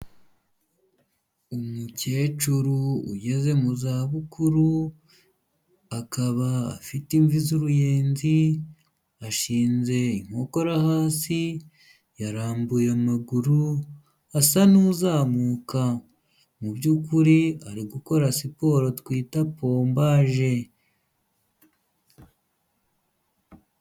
Umukecuru ugeze muzabukuru akaba afite imvi z'uruyenzi, ashinze inkokora hasi, yarambuye amaguru asa n'uzamuka. Mu by'ukuri ari gukora siporo twita pombaje.